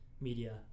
media